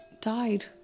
died